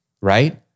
right